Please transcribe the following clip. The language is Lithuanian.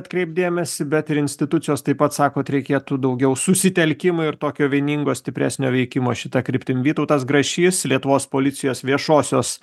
atkreipt dėmesį bet ir institucijos taip pat sakot reikėtų daugiau susitelkimo ir tokio vieningo stipresnio veikimo šita kryptim vytautas grašys lietuvos policijos viešosios